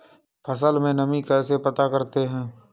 फसल में नमी कैसे पता करते हैं?